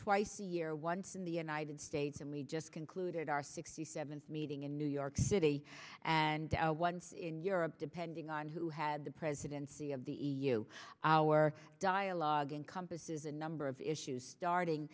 twice a year once in the united states and we just concluded our sixty seventh meeting in new york city and one in europe depending on who had the presidency of the e u our dialogue and compass is a number of issues starting